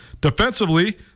Defensively